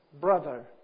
brother